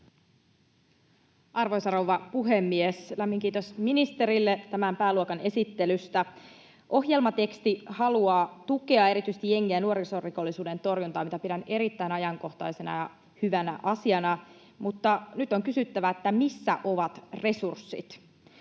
Arvoisa rouva puhemies! Lämmin kiitos ministerille tämän pääluokan esittelystä. Ohjelmatekstissä halutaan tukea erityisesti jengi- ja nuorisorikollisuuden torjuntaa, mitä pidän erittäin ajankohtaisena ja hyvänä asiana, mutta nyt on kysyttävä, missä ovat resurssit.